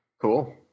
Cool